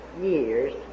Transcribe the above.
years